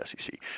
SEC